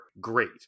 great